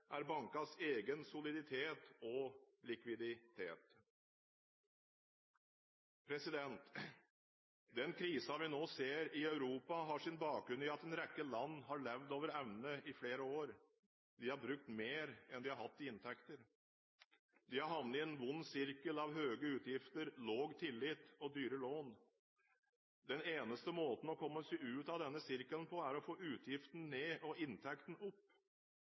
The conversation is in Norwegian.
er bankenes egen soliditet og likviditet. Den krisen vi nå ser i Europa, har sin bakgrunn i at en rekke land har levd over evne i flere år. De har brukt mer enn de har hatt i inntekter. De har havnet i en ond sirkel, med høye utgifter, lav tillit og dyre lån. Den eneste måten å komme seg ut av den sirkelen på er å få utgiftene ned og inntektene opp.